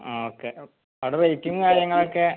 ആ ഓക്കെ അവിടെ റേറ്റും കാര്യങ്ങളൊക്കെ